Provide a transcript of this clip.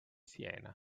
siena